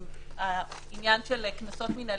העניין של קנסות מינהליים,